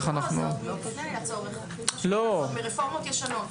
זה עוד מלפני הצורך, זה מרפורמות ישנות.